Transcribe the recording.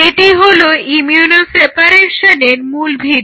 এটি হলো ইমিউনো সেপারেশনের মূল ভিত্তি